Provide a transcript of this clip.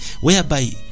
whereby